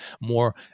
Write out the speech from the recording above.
more –